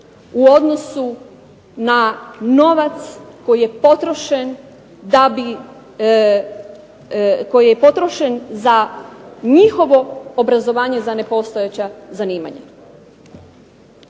u odnosu na novac koji je potrošen za njihovo obrazovanje za nepostojeća zanimanja.